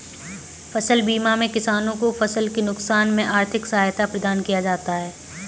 फसल बीमा में किसानों को फसल के नुकसान में आर्थिक सहायता प्रदान किया जाता है